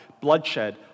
bloodshed